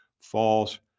false